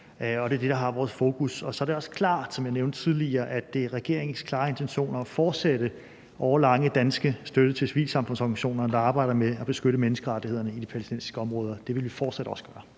det er det, der har vores fokus. Så er det også klart, som jeg nævnte tidligere, at det er regeringens klare intention at fortsætte den årelange danske støtte til civilsamfundsorganisationerne, der arbejder med at beskytte menneskerettighederne i de palæstinensiske område. Det vil vi fortsat også gøre.